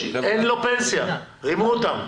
שאין לו פנסיה, רימו אותם.